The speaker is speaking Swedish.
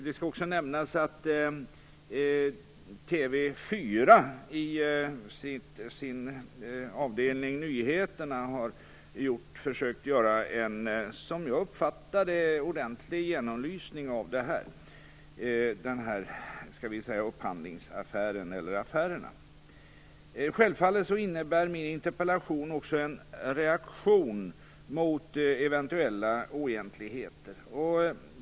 Det skall också nämnas att TV 4 i sin avdelning Nyheterna har försökt att göra en, som jag uppfattar det, ordentlig genomlysning av upphandlingsaffären eller upphandlingsaffärerna. Självfallet innebär min interpellation också en reaktion mot eventuella oegentligheter.